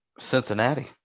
Cincinnati